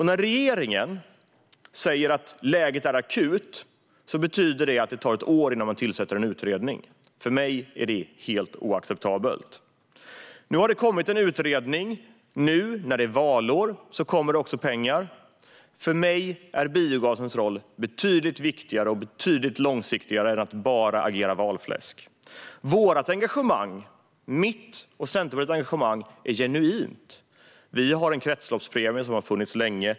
När regeringen säger att läget är akut betyder det att det tar ett år innan man tillsätter en utredning. För mig är det helt oacceptabelt. Nu har det kommit en utredning. Nu, när det är valår, kommer det också pengar. För mig är biogasens roll betydligt viktigare och långsiktigare än att bara agera valfläsk. Vårt engagemang - mitt och Centerpartiets - är genuint. Vi har en kretsloppspremie som har funnits länge.